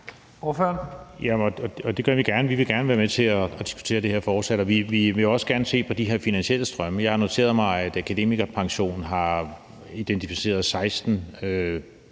vi vil gerne være med til at diskutere det her forslag. Vi vil også gerne se på de her finansielle strømme. Jeg har noteret mig, at AkademikerPension har identificeret 16